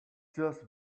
just